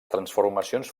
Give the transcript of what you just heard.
transformacions